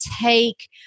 take